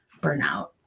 burnout